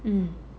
mm